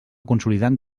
consolidant